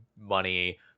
money